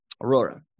aurora